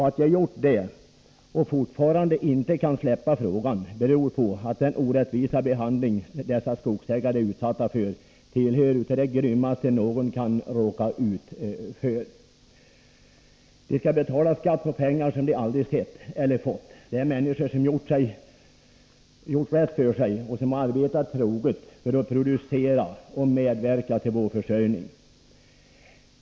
Att jag gjort det och fortfarande inte kan släppa frågan beror på att den orättvisa behandling dessa skogsägare är utsatta för är något av det grymmaste någon kan råka ut för. De skall betala skatt på pengar som de aldrig sett eller fått. Det är människor som gjort rätt för sig och arbetat troget för att producera och medverka till vår försörjning.